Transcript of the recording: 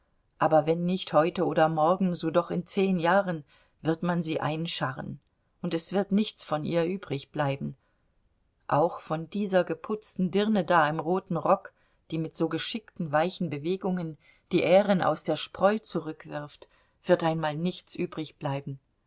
aber wenn nicht heute oder morgen so doch in zehn jahren wird man sie einscharren und es wird nichts von ihr übrigbleiben auch von dieser geputzten dirne da im roten rock die mit so geschickten weichen bewegungen die ähren aus der spreu zurückwirft wird einmal nichts